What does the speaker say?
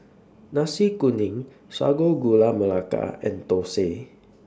Nasi Kuning Sago Gula Melaka and Thosai